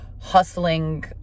hustling